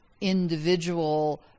individual